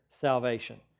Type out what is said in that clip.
salvation